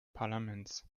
parlaments